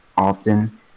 Often